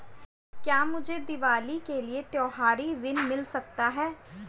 क्या मुझे दीवाली के लिए त्यौहारी ऋण मिल सकता है?